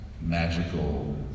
magical